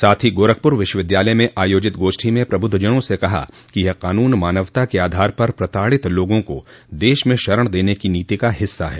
साथ ही गोरखपुर विश्वविद्यालय में आयोजित गोष्ठी में प्रबुद्धजनों से कहा कि यह क़ानून मानवता के आधार पर प्रताड़ित लोगों को देश में शरण देने की नीति का हिस्सा है